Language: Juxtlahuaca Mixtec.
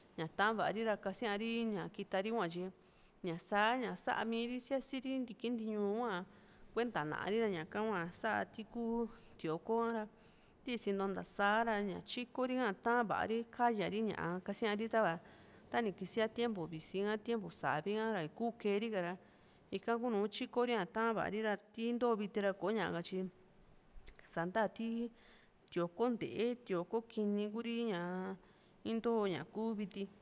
ña ta´va ri ra kasíari ñá kita ri hua tyi ña sá ña sa´mii ri síasi ri ntikii ntiñuu hua kuenta ná´a rira ñaka hua sa tiku tío´ko ha ra ti isinto ntaa saara ña tyikori´a ta va´a ri ka´ya ri ñaa kasíari tava tani kisia tiempu visi ka tiempu savi ha ka nii kuu keeri ka ra ika kuunu tyiko ri´a taan va´a ri ra ti into viti ra koña ka tyi sa´nta ti tío´kmo ntee tío´ko kini Kuri ñaa into ñaku viti